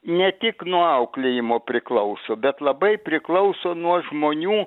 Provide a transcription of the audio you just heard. ne tik nuo auklėjimo priklauso bet labai priklauso nuo žmonių